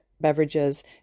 beverages